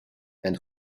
and